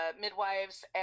midwives